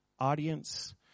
audience